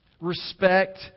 Respect